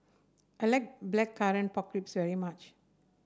I like Blackcurrant Pork Ribs very much